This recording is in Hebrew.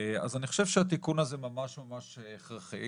אז אני חושב שהתיקון הזה ממש ממש הכרחי,